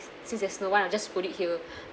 since there's no one I'll just put it here